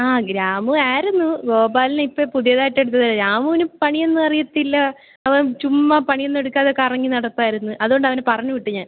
ആ രാമു ആയിരുന്നു ഗോപാലിനെ ഇപ്പം പുതിയതായിട്ട് എടുത്തതാണ് രാമുവിന് പണിയൊന്നും അറിയത്തില്ല അവൻ ചുമ്മ പണിയൊന്നും എടുക്കാതെ കറങ്ങി നടപ്പായിരുന്നു അതുകൊണ്ട് അവനെ പറഞ്ഞു വിട്ടു ഞാൻ